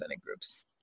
groups